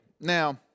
Now